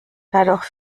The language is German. dadurch